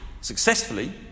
successfully